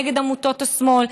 נגד עמותות השמאל,